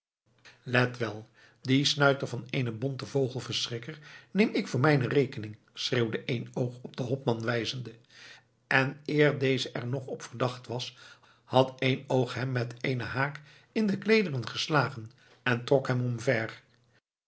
let wel dien snuiter van eenen bonten vogelverschrikker neem ik voor mijne rekening schreeuwde eenoog op den hopman wijzende en eer deze er nog op verdacht was had eenoog hem met eenen haak in de kleederen geslagen en trok hem omver